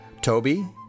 Toby